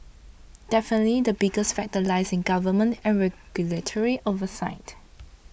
definitely the biggest factor lies in government and regulatory oversight